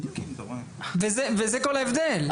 זה כל ההבדל.